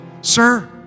Sir